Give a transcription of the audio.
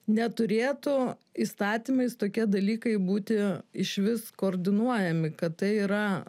neturėtų įstatymais tokie dalykai būti išvis koordinuojami kad tai yra